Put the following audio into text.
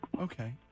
Okay